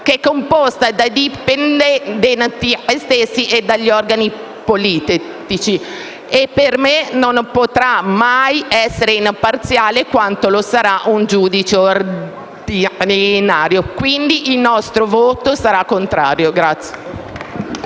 che è composta dai dipendenti stessi e dagli organi politici, che a mio parere non potrà mai essere imparziale quanto lo sarà un giudice ordinario. Quindi il nostro voto sarà contrario.